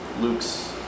Luke's